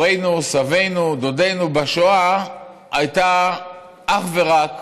הורינו, סבינו, דודינו בשואה הייתה אך ורק